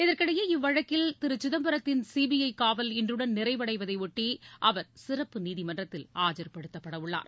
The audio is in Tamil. இதற்கிடையே இவ்வழக்கில் திரு சிதம்பரத்தின் சிபிஐ காவல் இன்றுடன் நிறைவடைவதை ஒட்டி அவர் சிறப்பு நீதிமன்றத்தில் ஆஜர்படுத்தப்படவுள்ளார்